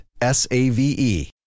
S-A-V-E